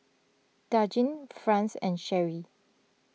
Dadyn Franz and Cherri